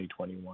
2021